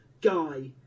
Guy